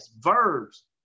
verbs